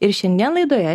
ir šiandien laidoje